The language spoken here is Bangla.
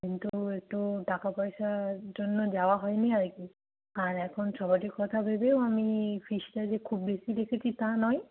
কিন্তু একটু টাকা পয়সার জন্য যাওয়া হয়নি আর কি আর এখন সবারই কথা ভেবেও আমি ফিজটা যে খুব বেশি রেখেছি তা নয়